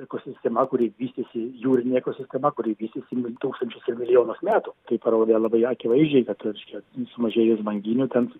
ekosistema kuri vystėsi jūrinė ekosistema kuri vystėsi min tūkstančius ir milijonus metų tai parodė labai akivaizdžiai kad reiškia sumažėjus banginių tens